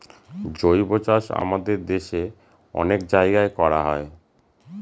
জৈবচাষ আমাদের দেশে অনেক জায়গায় করা হয়